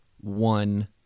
one